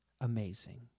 amazing